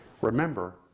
Remember